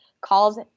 calls